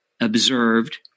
observed